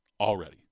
already